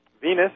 Venus